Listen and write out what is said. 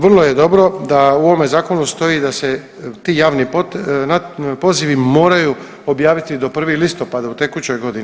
Vrlo je dobro da u ovome zakonu stoji da se ti javni pozivi moraju objaviti do 1. listopada u tekućoj godini.